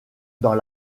dans